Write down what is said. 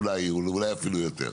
אולי, אולי אפילו יותר.